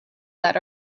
that